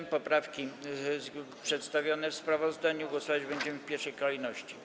Nad poprawkami przedstawionymi w sprawozdaniu głosować będziemy w pierwszej kolejności.